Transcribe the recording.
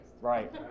Right